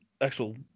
actual